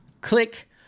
Click